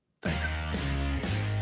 Thanks